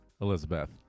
elizabeth